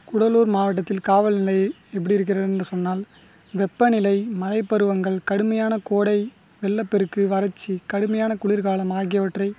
கூடலுார் மாவட்டத்தில் காவல்நிலை எப்படி இருக்கின்றது என்று சொன்னால் வெப்பநிலை மழைப்பருவங்கள் கடுமையான கோடை வெள்ளப்பெருக்கு வறட்சி கடுமையான குளிர்காலம் ஆகியவற்றை